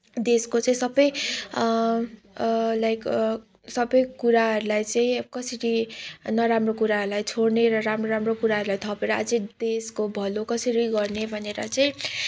देशको चाहिँ सबै लाइक सबै कुराहरूलाई चाहिँ अब कसरी नराम्रो कुराहरूलाई छोड्ने र राम्रो राम्रो कुराहरूलाई थपेर अझै देशको भलो कसरी गर्ने भनेर चाहिँ